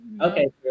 okay